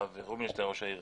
הרב רובינשטיין,